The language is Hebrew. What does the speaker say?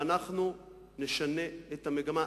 ואנחנו נשנה את המגמה.